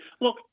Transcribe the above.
Look